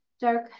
dark